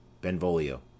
Benvolio